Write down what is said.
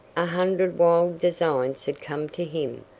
a hundred wild designs had come to him,